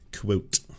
quote